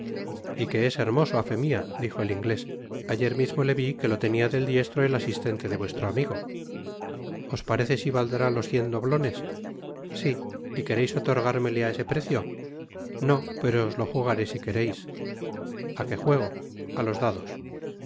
y que es hermoso á fé mia dijo el inglés ayer mismo le vi que lo tenia del diestro el asistente de vuestro amigo os parece si valdrá los cien doblones ii sí y quereis otorgármele á ese precio nó pero os lo jugaré si quereis a que juego ia los dados